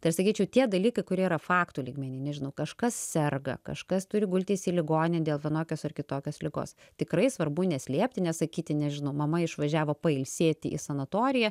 tai aš sakyčiau tie dalykai kurie yra faktų lygmeny nežinau kažkas serga kažkas turi gultis į ligoninę dėl vienokios ar kitokios ligos tikrai svarbu neslėpti nesakyti nežinau mama išvažiavo pailsėti į sanatoriją